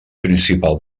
principal